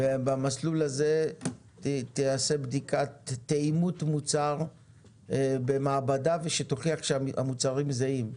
במסלול הזה תיעשה בדיקת תאימות מוצר במעבדה ושתוכיח שהמוצרים זהים.